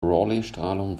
raleighstrahlung